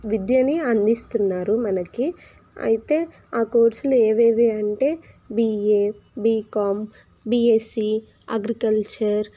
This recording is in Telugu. విద్యని అందిస్తున్నారు మనకి అయితే ఆ కోర్సులు ఏవేవి అంటే బిఏ బీకామ్ బీఎస్సీ అగ్రికల్చర్